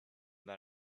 that